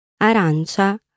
arancia